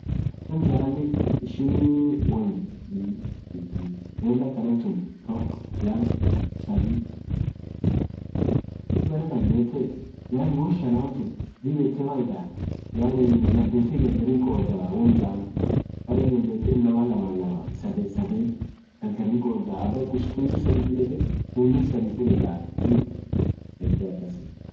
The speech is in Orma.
Number jaaanen ishin won jaaaa dhagariftii won akhan thun toko, lama, sadhii, afur, shaan, jaamall ishin berrethan gethethu yaani won jaaantu dhadhethe gargar hinkhodha dhandhethe inamaa lamman lamman sadhen sadhen gargar hinkhodhaa abakhu fungu sadhii fudhthe khuninen sadhii fudhethaa hinkhodhaa ishi kasii